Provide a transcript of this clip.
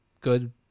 good